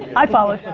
i followed.